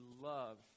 love